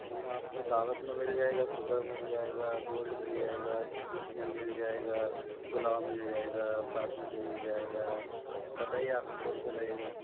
आपको दावत मे मिल जाएगा सुपर मिल जाएगा गोल्ड मिल जाएगा ट्रेडिशनल मिल जाएगा पुलाव मिल जाएगा बासमती मिल जाएगा बताइए आपको कौन सा लगेगा